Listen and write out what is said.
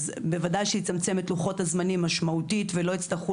אז בוודאי שיצמצם את לוחות הזמנים משמעותית ולא יצטרכו